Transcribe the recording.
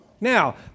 Now